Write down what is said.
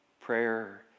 Prayer